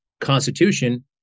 constitution